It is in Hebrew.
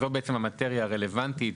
זאת בעצם המאטריה הרלוונטית,